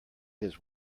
his